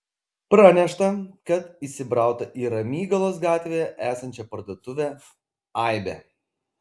pranešta kad įsibrauta į ramygalos gatvėje esančią parduotuvę aibė